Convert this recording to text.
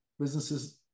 businesses